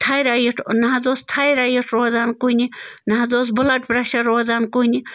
thyroid نہٕ حظ اوس تھایرایِٹ روزان کُنہِ نہٕ حظ اوس بٕلَڈ پرٛیٚشَر روزان کُنہِ